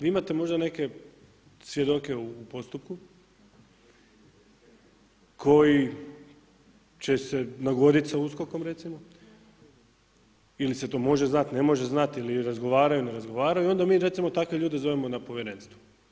Vi imate možda neke svjedoke u postupku koji će se nagodit sa USKOK-om recimo, ili se to može znat, ne može znat, ili razgovaraju, ne razgovaraju i onda mi recimo takve ljude zovemo na povjerenstvo.